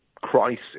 crisis